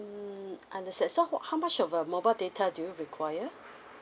mm understand so how much of uh mobile data do you require